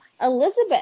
Elizabeth